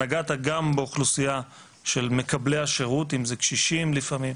נגעת גם באוכלוסייה של מקבלי השירות אם זה קשישים לפעמים,